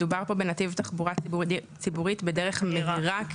מדובר פה בנתיב תחבורה ציבורית בדרך מהירה,